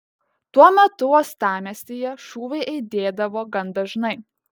tuo metu uostamiestyje šūviai aidėdavo gan dažnai